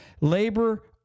labor